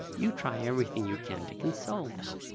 you try everything you can to console them.